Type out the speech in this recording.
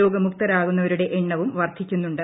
രോഗമുക്ത്രാകുന്നവരുടെ എണ്ണവും വർധിക്കുന്നുണ്ട്